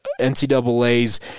NCAA's